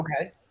okay